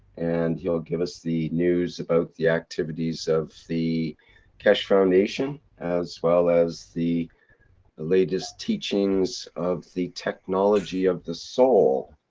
and, he'll give the news about the activities of the keshe foundation. as well as the the latest teachings of the technology of the soul.